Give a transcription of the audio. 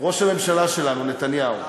ראש הממשלה שלנו, נתניהו.